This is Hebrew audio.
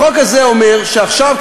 החוק הזה אומר שעכשיו,